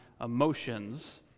emotions